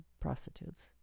prostitutes